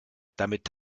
damit